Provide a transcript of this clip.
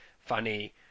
funny